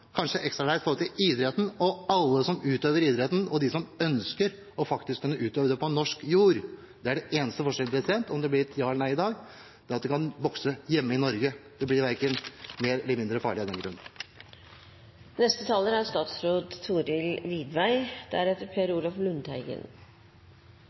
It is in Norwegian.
kanskje ekstra leit med tanke på idretten, alle som utøver idretten, og som ønsker å kunne utøve den på norsk jord. Den eneste forskjellen om det blir et ja eller nei i dag, er at de kan bokse hjemme i Norge. Det blir verken mer eller mindre farlig av den grunn. Som jeg sa i mitt tidligere innlegg, er